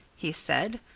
he said.